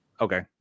okay